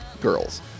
girls